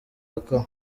akora